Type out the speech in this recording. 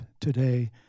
today